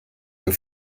wir